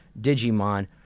digimon